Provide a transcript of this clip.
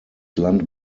land